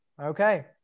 Okay